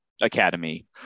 Academy